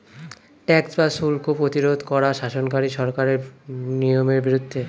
tax বা শুল্ক প্রতিরোধ করা শাসনকারী সরকারের নিয়মের বিরুদ্ধে